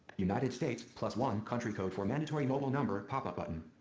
united states one country code for mandatory mobile number pop up button.